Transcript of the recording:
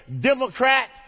democrat